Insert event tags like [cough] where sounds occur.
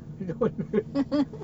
[noise]